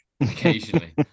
Occasionally